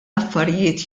affarijiet